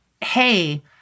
hey